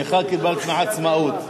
תמיכה קיבלת מעצמאות.